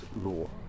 law